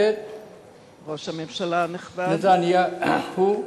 ראש הממשלה הנכבד מר נתניהו,